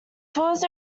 tours